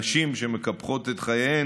של נשים שמקפחות את חייהן,